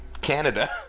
Canada